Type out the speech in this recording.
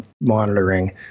monitoring